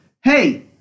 Hey